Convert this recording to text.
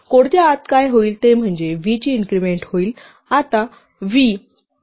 आणि कोडच्या आत काय होईल ते म्हणजे v ची इन्क्रिमेंट होईल आता v z वरून कॉपी केली गेली आहे